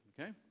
okay